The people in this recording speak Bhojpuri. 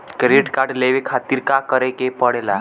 क्रेडिट कार्ड लेवे खातिर का करे के पड़ेला?